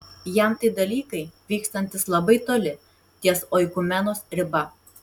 jam tai dalykai vykstantys labai toli ties oikumenos riba